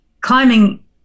climbing